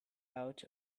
out